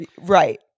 Right